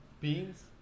beans